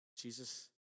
Jesus